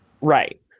Right